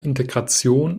integration